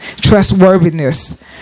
trustworthiness